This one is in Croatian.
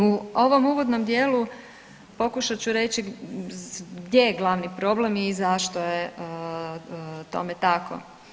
U ovom uvodnom dijelu pokušat ću reći gdje je glavni problem i zašto je tome tako.